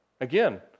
Again